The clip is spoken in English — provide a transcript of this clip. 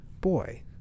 boy